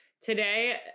today